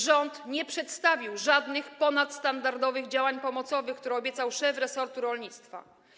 Rząd nie przedstawił żadnych ponadstandardowych działań pomocowych, które obiecał szef resortu rolnictwa.